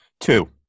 Two